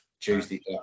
Tuesday